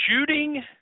shooting